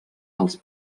als